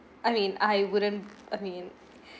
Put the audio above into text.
I mean I wouldn't I mean